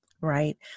Right